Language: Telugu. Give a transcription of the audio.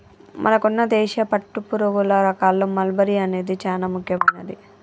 మనకున్న దేశీయ పట్టుపురుగుల రకాల్లో మల్బరీ అనేది చానా ముఖ్యమైనది